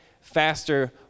faster